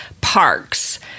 parks